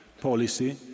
policy